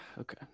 okay